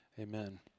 amen